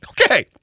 Okay